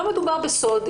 לא מדובר בסוד.